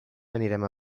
anirem